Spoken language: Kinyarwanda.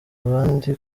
abandi